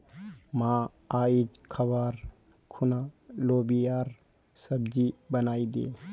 मां, आइज खबार खूना लोबियार सब्जी बनइ दे